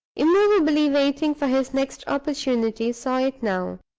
immovably waiting for his next opportunity, saw it now,